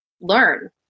learn